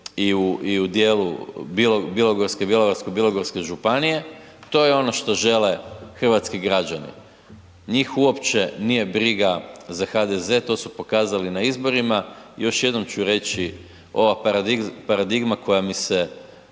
i u dijelu Bjelovarsko-bilogorske županije, to je ono što žele hrvatski građani. Njih uopće nije briga za HDZ, to su pokazali na izborima. Još jednom ću reći ova paradigma koja mi se